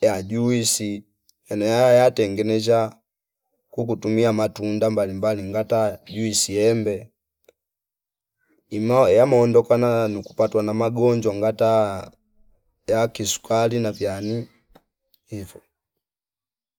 ya juisi yano ya- ya- yatengenezsha kukutumia matunda mbali mbali ngata juisi embe imo yamondokanana nuku patwa na magonjwa ngata ya kisukari na vyani ivo